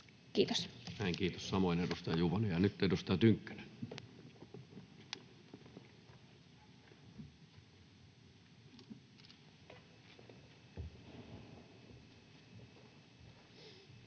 Näin. — Kiitos samoin, edustaja Juvonen. — Ja nyt edustaja Tynkkynen. [Speech